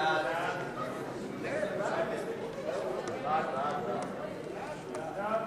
סעיף